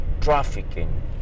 trafficking